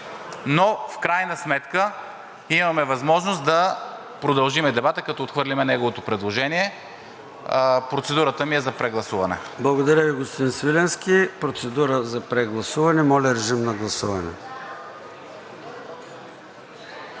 но в крайна сметка имаме възможност да продължим дебата, като отхвърлим неговото предложение. Процедурата ми е за прегласуване. ПРЕДСЕДАТЕЛ ЙОРДАН ЦОНЕВ: Благодаря, господин Свиленски. Процедура за прегласуване. Моля, режим на гласуване.